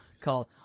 called